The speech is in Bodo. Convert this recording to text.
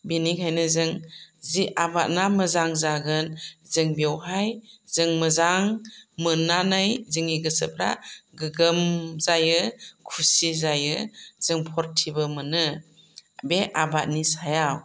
बेनिखायनो जों जे आबादा मोजां जागोन जों बेवहाय जों मोजां मोन्नानै जोंनि गोसोफ्रा गोगोम जायो खुसि जायो जों पर्थिबो मोनो बे आबादनि सायाव